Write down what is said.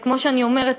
וכמו שאני אומרת,